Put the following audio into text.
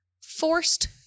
forced